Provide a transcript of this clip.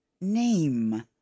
name